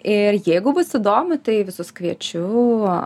ir jeigu bus įdomu tai visus kviečiu